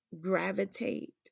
gravitate